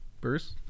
Bruce